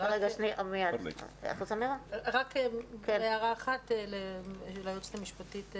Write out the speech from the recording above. רק הערה אחת ליועצת המשפטית,